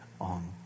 on